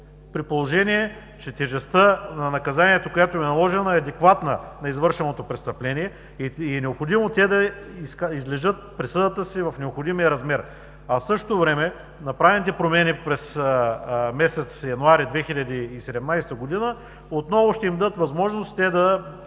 при положение че тежестта на наказанието, която им е наложена, е адекватна на извършеното престъпление и е необходимо да излежат присъдата си в необходимия размер, а в същото време направените промени през месец януари 2017 г. отново ще им дадат възможност те да